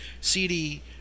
CD